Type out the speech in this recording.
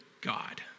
God